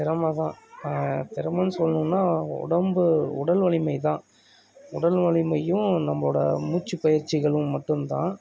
திறமை தான் திறமைன்னு சொல்லணுன்னா உடம்பு உடல் வலிமை தான் உடல் வலிமையும் நம்மளோடய மூச்சு பயிற்சிகளும் மட்டுந்தான்